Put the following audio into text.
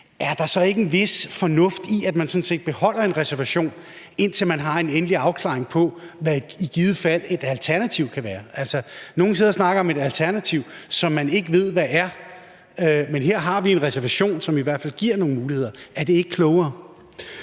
Er der så ikke en vis fornuft i, at man sådan set beholder en reservation, indtil der er en endelig afklaring af, hvad et alternativ i givet fald kan være? Altså, nogle sidder og snakker om et alternativ, som man ikke ved hvad er, men her har vi en reservation, som i hvert fald giver nogle muligheder. Er det ikke klogere?